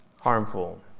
harmful